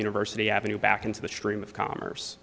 university ave back into the stream of commerce